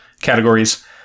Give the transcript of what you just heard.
categories